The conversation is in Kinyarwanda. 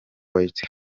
white